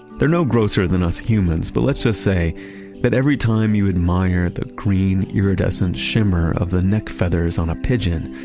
they're no grosser than us humans, but let's just say that but every time you admire the green, iridescent shimmer of the neck feathers on a pigeon,